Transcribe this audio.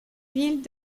huiles